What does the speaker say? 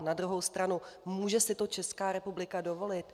Na druhou stranu: může si to Česká republika dovolit?